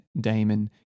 damon